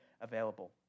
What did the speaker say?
available